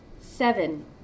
Seven